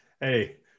Hey